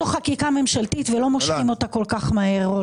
זו חקיקה ממשלתית ולא מושכים אותה כל כך מהר.